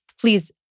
please